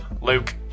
Luke